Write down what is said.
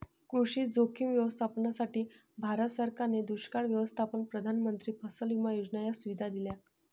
कृषी जोखीम व्यवस्थापनासाठी, भारत सरकारने दुष्काळ व्यवस्थापन, प्रधानमंत्री फसल विमा योजना या सुविधा दिल्या